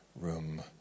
room